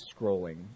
scrolling